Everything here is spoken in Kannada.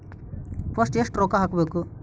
ಫಸ್ಟ್ ಎಷ್ಟು ರೊಕ್ಕ ಹಾಕಬೇಕು?